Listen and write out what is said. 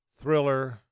Thriller